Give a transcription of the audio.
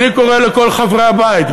אני קורא לכל חברי הבית,